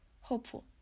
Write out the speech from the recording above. hopeful